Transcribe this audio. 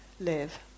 live